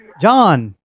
John